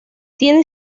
tiene